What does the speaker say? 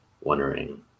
wondering